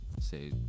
say